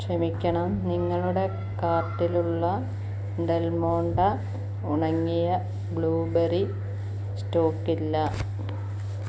ക്ഷമിക്കണം നിങ്ങളുടെ കാർട്ടിലുള്ള ഡെൽമോണ്ടെ ഉണങ്ങിയ ബ്ലൂബെറി സ്റ്റോക്ക് ഇല്ല